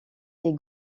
les